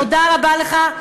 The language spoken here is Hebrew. תודה רבה לך.